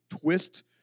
twist